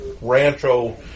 rancho